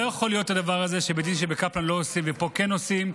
לא יכול להיות הדבר הזה שבקפלן לא עושים לי ופה כן עושים.